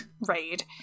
Raid